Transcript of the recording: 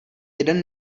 jeden